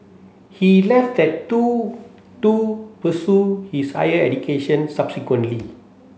he left that too to pursue his higher education subsequently